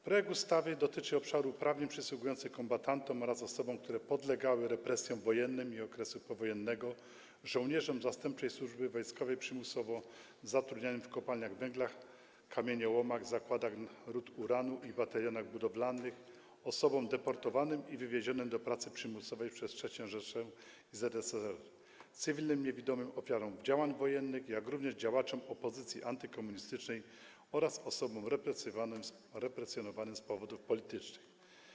Projekt ustawy dotyczy obszaru praw przysługujących kombatantom oraz osobom, które podlegały represjom wojennym i okresu powojennego, żołnierzom zastępczej służby wojskowej przymusowo zatrudnianym w kopalniach węgla, kamieniołomach, zakładach rud uranu i batalionach budowlanych, osobom deportowanym i wywiezionym do pracy przymusowej przez III Rzeszę, ZSRR, cywilnym niewidomym ofiarom działań wojennych, jak również działaczom opozycji antykomunistycznej oraz osobom represjonowanym z powodów politycznych.